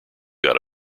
got